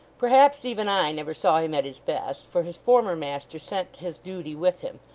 perhaps even i never saw him at his best, for his former master sent his duty with him,